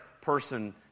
person